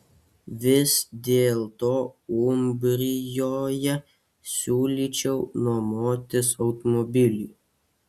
vis dėlto umbrijoje siūlyčiau nuomotis automobilį